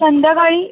संध्याकाळी